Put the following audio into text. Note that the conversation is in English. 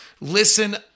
listen